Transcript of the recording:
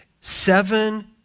Seven